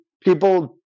people